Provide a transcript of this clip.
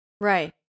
Right